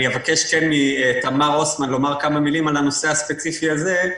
אבקש מתמר רוסמן לומר כמה מילים על הנושא הספציפי הזה,